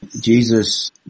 Jesus